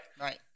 right